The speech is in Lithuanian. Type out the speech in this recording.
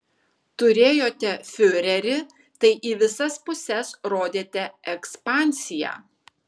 turėjote fiurerį tai į visas puses rodėte ekspansiją